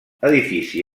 edifici